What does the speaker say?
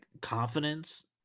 confidence